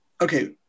Okay